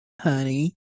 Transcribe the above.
Honey